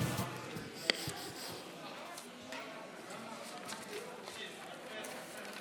אדוני היושב-ראש, חברות וחברי הכנסת,